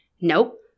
nope